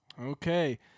Okay